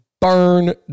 burn